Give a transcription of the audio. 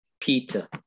Peter